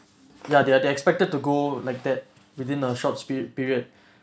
ya they are expected to go like that within a short spirit period